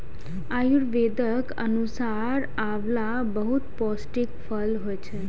आयुर्वेदक अनुसार आंवला बहुत पौष्टिक फल होइ छै